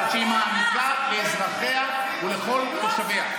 שהיא מעניקה לאזרחיה ולכל תושביה.